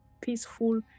peaceful